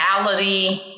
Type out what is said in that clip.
reality